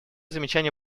замечания